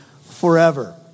forever